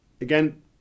again